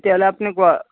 তেতিয়াহ'লে আপুনি গুৱা